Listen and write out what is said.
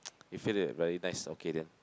it feel that very nice okay then